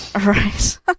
Right